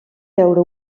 veure